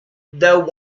though